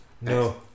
no